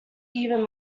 even